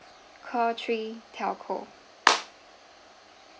call three telco